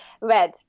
Red